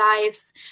lives